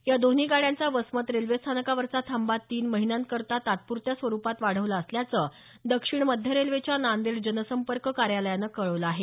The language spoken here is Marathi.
या दोन्ही गाड्यांचा वसमत रेल्वे स्थानकावरचा थांबा तीन महिन्यांकरता तात्पुरत्या स्वरूपात वाढवला असल्याचं दक्षिण मध्य रेल्वेच्या नांदेड जनसंपर्क कार्यालयानं कळवलं आहे